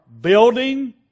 building